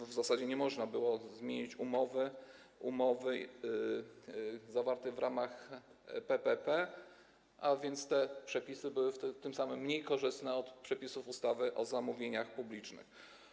Bo w zasadzie nie można było zmienić umowy zawartej w ramach PPP, a więc te przepisy były tym samym mniej korzystne niż przepisy ustawy o zamówieniach publicznych.